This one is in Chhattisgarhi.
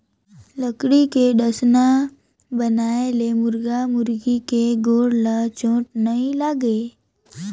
लकरी के डसना बनाए ले मुरगा मुरगी के गोड़ ल चोट नइ लागे